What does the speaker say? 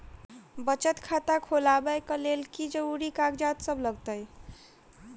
बचत खाता खोलाबै कऽ लेल जरूरी कागजात की सब लगतइ?